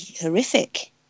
horrific